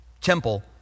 temple